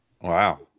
Wow